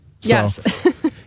Yes